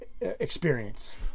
experience